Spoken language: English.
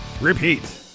repeat